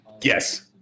Yes